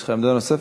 יש לך עמדה נוספת?